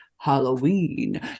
halloween